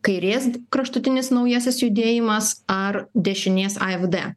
kairės kraštutinis naujasis judėjimas ar dešinės afd